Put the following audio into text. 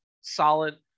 Solid